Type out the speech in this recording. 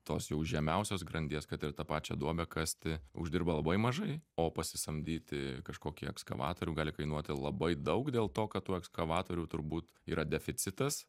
tos jau žemiausios grandies kad ir tą pačią duobę kasti uždirba labai mažai o pasisamdyti kažkokį ekskavatorių gali kainuoti labai daug dėl to kad tų ekskavatorių turbūt yra deficitas